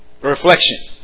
Reflection